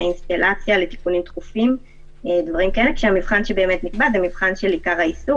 אינסטלציה לתיקונים דחופים כאשר המבחן שנקבע הוא המבחן של עיקר העיסוק.